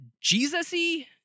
Jesus-y